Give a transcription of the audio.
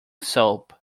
soap